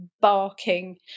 barking